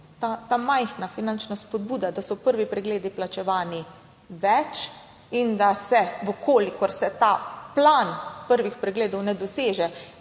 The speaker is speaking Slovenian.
ta majhna finančna spodbuda, da so prvi pregledi plačevani več in da se, v kolikor se ta plan prvih pregledov ne doseže,